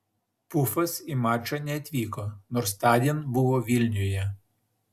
pufas į mačą neatvyko nors tądien buvo vilniuje